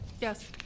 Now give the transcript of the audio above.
Yes